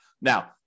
Now